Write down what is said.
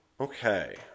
Okay